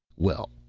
well,